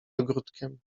ogródkiem